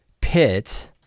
pit